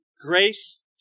grace